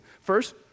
First